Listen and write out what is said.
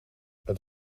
het